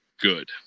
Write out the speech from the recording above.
good